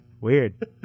weird